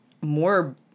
more